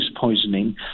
poisoning